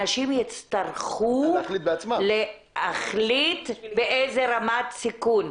אנשים הצטרכו להחליט באיזה רמת סיכון.